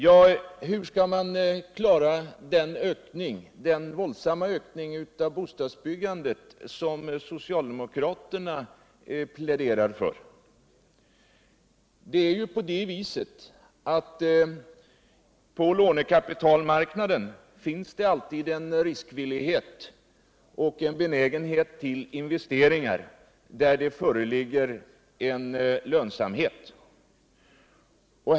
Ja, hur skall man kunna klara den våldsamma ökning av bostadsbyggandet som socialdemokraterna pläderar för? På lånekapitalmarknaden finns det alltid en riskvillighet och en benägenhet till investeringar där det föreligger lönsamhet.